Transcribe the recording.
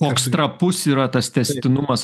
koks trapus yra tas tęstinumas